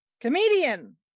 comedian